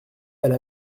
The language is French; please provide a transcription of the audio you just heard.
elle